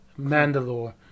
Mandalore